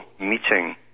meeting